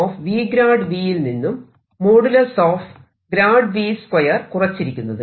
യിൽ നിന്നും | V| 2 കുറച്ചിരിക്കുന്നത്